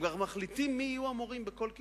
הם גם מחליטים מי יהיו המורים בכל כיתה,